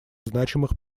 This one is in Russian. значимых